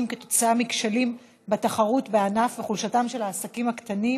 עקב כשלים בתחרות בענף וחולשתם של העסקים הקטנים